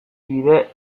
bide